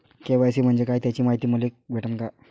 KYC म्हंजे काय त्याची मायती मले भेटन का?